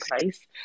place